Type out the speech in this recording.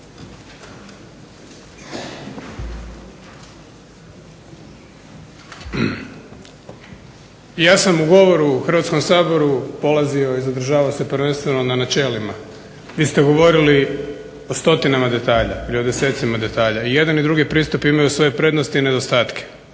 Ja sam u govoru u Hrvatskom saboru polazio i zadržavao se prvenstveno na načelima. Vi ste govorili o stotinama detalja ili o desecima detalja. I jedan i drugi pristup imaju svoje prednosti i nedostatke.